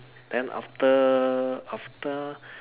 then after after